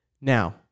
now